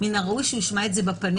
מן הראוי שישמע את הזה בפנים.